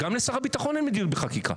גם לשר הביטחון אין מדיניות בחקיקה.